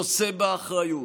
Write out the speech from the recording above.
נושא באחריות,